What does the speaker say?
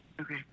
Okay